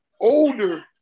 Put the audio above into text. older